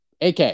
AK